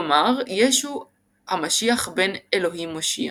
כלומר ישוע המשיח בן אלוהים מושיע.